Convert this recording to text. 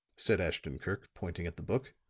said ashton-kirk, pointing at the book,